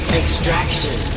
extraction